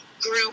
group